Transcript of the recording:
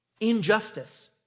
injustice